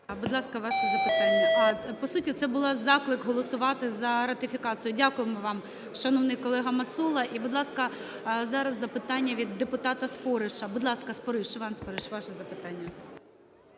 Будь ласка, ваше запитання. По суті це був заклик голосувати за ратифікацію. Дякуємо вам, шановний колегаМацола. І будь ласка, зараз запитання від депутатаСпориша. Будь ласка, Спориш. Іван Спориш, ваше запитання.